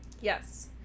Yes